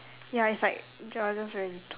ya it's like ya just very little